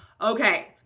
Okay